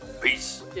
Peace